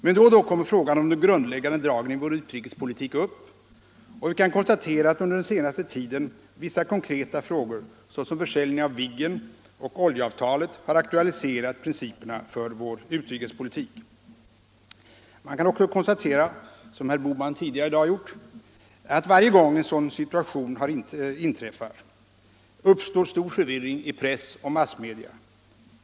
Men då och då kommer frågan om de grundläggande dragen i vår utrikespolitik upp, och vi kan konstatera att under senaste tiden vissa konkreta frågor, såsom försäljning av Viggen och oljeavtalet, har aktualiserat principerna för vår utrikespolitik. Man kan också konstatera, som herr Bohman tidigare i dag har gjort, att varje gång en sådan situation inträffar, uppstår stor förvirring i press och massmedia.